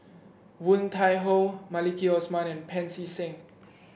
Woon Tai Ho Maliki Osman and Pancy Seng